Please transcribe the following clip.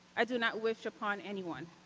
i do not wish upon anyone.